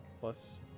plus